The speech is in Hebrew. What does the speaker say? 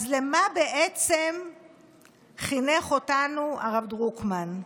אז למה בעצם חינך אותנו הרב דרוקמן?